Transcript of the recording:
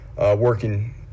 working